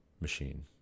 machine